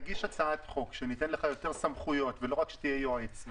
תגיש הצעת חוק שניתן לך יותר סמכויות ולא רק שתהיה יועץ.